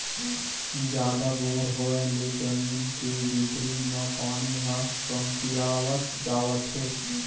जादा बोर होय ले जमीन के भीतरी म पानी ह कमतियावत जावत हे